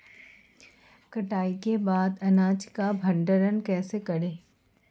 कटाई के बाद अनाज का भंडारण कैसे करें?